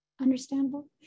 understandable